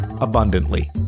abundantly